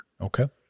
Okay